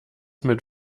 mit